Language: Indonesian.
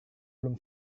belum